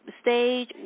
stage